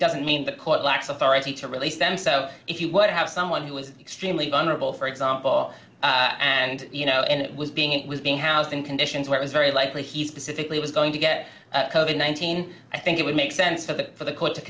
doesn't mean the court lacks authority to release them so if you would have someone who was extremely vulnerable for example and you know and it was being it was being housed in conditions where it's very likely he specifically was going to get one thousand i think it would make sense for the for the court to